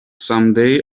someday